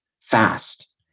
fast